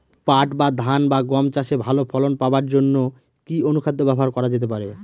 পাট বা ধান বা গম চাষে ভালো ফলন পাবার জন কি অনুখাদ্য ব্যবহার করা যেতে পারে?